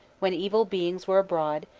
when evil beings were abroad,